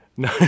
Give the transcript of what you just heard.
No